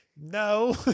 no